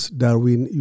Darwin